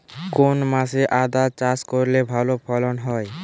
কোন মাসে আদা চাষ করলে ভালো ফলন হয়?